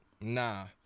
nah